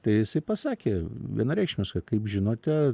tai jisai pasakė vienareikšmiškai kaip žinote